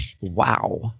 Wow